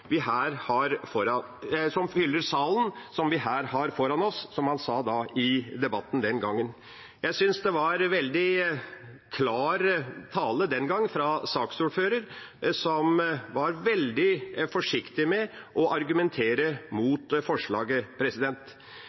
salen vi her har foran oss. Jeg synes det var veldig klar tale fra saksordføreren, som var veldig forsiktig med å argumentere mot forslaget.